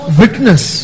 witness